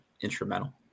instrumental